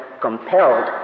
compelled